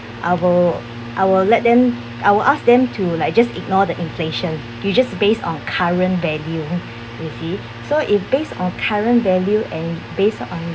I will I will let them I will ask them to like just ignore the inflation you just based on current value you see so if based on current value and based on